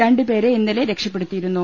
രണ്ട് പേരെ ഇന്നലെ രക്ഷപ്പെടുത്തിയിരുന്നു